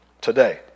today